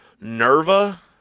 Nerva